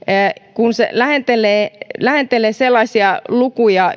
kun se lähentelee lähentelee sellaisia lukuja